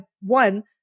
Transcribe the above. one